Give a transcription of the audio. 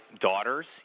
daughters